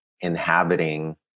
inhabiting